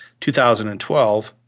2012